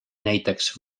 näiteks